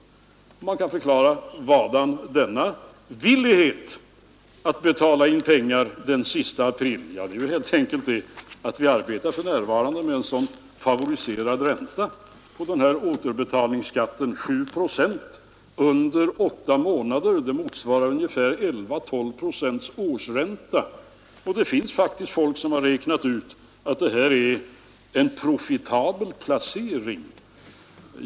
Man kan fråga: Vadan denna villighet att betala in pengar den 30 april? Svaret är helt enkelt att vi för närvarande arbetar med en så favoriserad ränta på den här skatten — 7 procent under 8 månader motsvarar ungefär 11—12 procents årsränta. Det finns faktiskt folk som har räknat ut att det här är en profitabel placering.